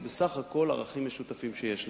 בסך הכול על בסיס ערכים משותפים שיש לנו.